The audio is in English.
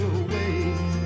away